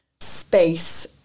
space